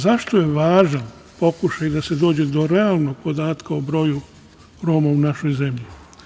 Zašto je važan pokušaj da se dođe do realnog podatka o broju Roma u našoj zemlji?